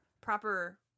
proper